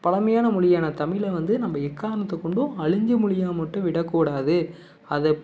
பழமையான மொழியான தமிழை வந்து நம்ம எக்காரணத்தை கொண்டும் அழிஞ்ச மொழியாக மட்டும் விடக்கூடாது அதை